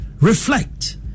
reflect